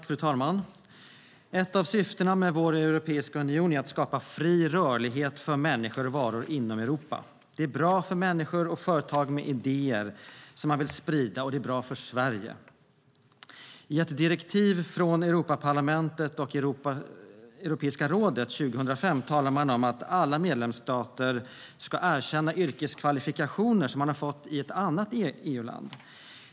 Fru talman! Ett av syftena med vår europeiska union är att skapa fri rörlighet för människor och varor inom Europa. Det är bra för människor och företag med idéer som man vill sprida, och det är bra för Sverige. I ett direktiv från Europaparlamentet och Europeiska rådet 2005 talas det om att alla medlemsstater ska erkänna yrkeskvalifikationer som man har fått i ett annat EU-land.